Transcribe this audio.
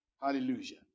Hallelujah